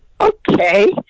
okay